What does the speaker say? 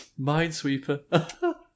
Minesweeper